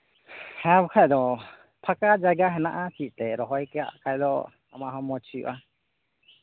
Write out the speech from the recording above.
ᱦᱮᱸ ᱵᱟᱠᱷᱟᱱ ᱫᱚ ᱯᱷᱟᱸᱠᱟ ᱡᱟᱭᱜᱟ ᱦᱮᱱᱟᱜᱼᱟ ᱪᱮᱫ ᱫᱚ ᱨᱚᱦᱚᱭ ᱠᱟᱜ ᱠᱷᱟᱱ ᱫᱚ ᱟᱢᱟᱜ ᱦᱚᱸ ᱢᱚᱸᱡᱽ ᱦᱩᱭᱩᱜᱼᱟ